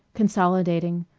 consolidating,